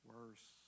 Worse